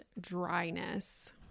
dryness